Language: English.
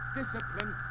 discipline